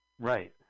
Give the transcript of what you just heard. Right